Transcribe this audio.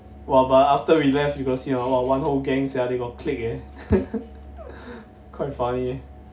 !wah! but after we left you got see or not got one whole gang sia they got clique eh quite funny